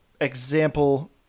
Example